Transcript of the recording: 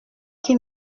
qui